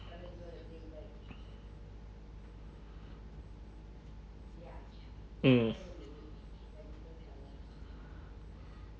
mm